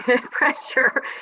pressure